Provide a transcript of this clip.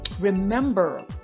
remember